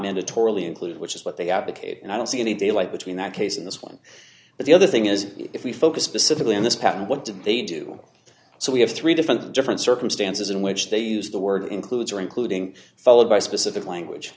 mandatorily included which is what they advocate and i don't see any daylight between that case and this one but the other thing is if we focus specifically on this patent what did they do so we have three different different circumstances in which they used the word includes or including followed by specific language